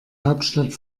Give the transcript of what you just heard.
hauptstadt